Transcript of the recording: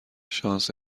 شانس